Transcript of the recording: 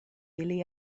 ili